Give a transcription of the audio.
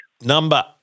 Number